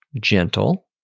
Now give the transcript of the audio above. Gentle